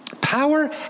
Power